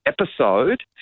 episode